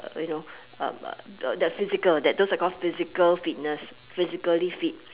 you know uh uh the physical those are called physical fitness physically fit